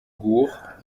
gourd